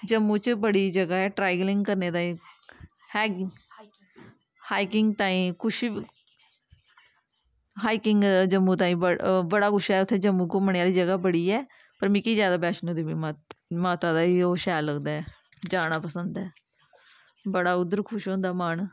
जम्मू च बड़ी जगह् ऐ ट्राईलकिंग ताईं है कुछ हाईकिंग ताईं कुछ हाईकिंग जम्मू ताईं बड़ा ओह् बड़ा कुछ ऐ उत्थें घूमने आह्ली जगह् बड़ी ऐ पर मिगी जादा बैष्णो देवी माता दा ही ओह् शैल लगदा ऐ जाना पसंद ऐ बड़ा उद्धर खुश होंदा मन